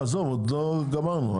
עוד לא גמרנו.